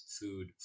food